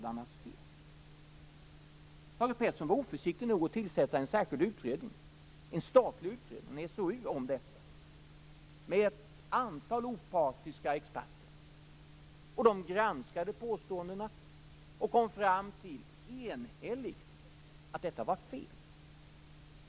Thage Peterson var oförsiktig nog att tillsätta en särskild utredning med ett antal opartiska experter, en statlig utredning, om detta. De granskade påståendena och kom enhälligt fram till att detta var fel.